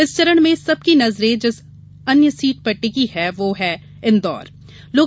इस चरण में सबकी नजरें जिस अन्य सीट पर टिकीं हैं वह इंदौर है